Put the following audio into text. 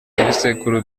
ibisekuru